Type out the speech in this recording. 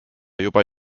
juba